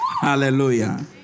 Hallelujah